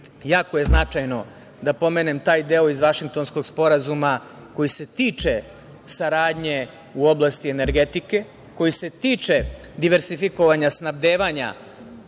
jako je značajno da pomenem taj deo iz Vašingtonskog sporazuma koji se tiče saradnje u oblasti energetike, koji se tiče diverzifikovanja snabdevanja